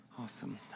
Awesome